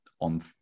on